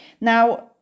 Now